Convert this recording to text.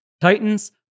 Titans